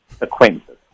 acquaintances